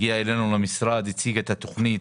הגיעה אלינו למשרד והציגה את התכנית.